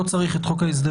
לא צריך את חוק ההסדרים.